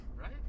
right